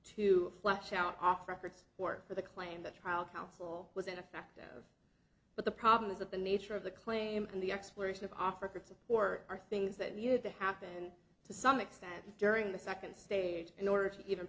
to flush out off records or for the claim that trial counsel was ineffective but the problem is of the nature of the claim and the exploration of offered support are things that needed to happen to some extent during the second stage in order to even